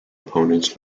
opponents